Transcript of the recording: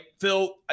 Phil